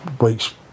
weeks